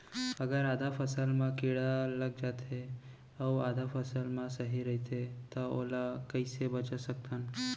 अगर आधा फसल म कीड़ा लग जाथे अऊ आधा फसल ह सही रइथे त ओला कइसे बचा सकथन?